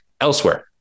elsewhere